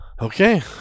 Okay